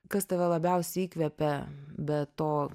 kas tave labiausiai įkvepia be to